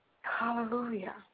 Hallelujah